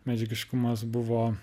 medžiagiškumas buvo